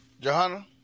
Johanna